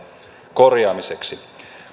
korjaamiseksi